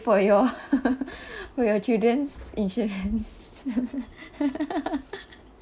for your for your children's insurance